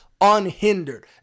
unhindered